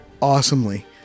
Awesomely